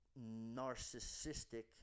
narcissistic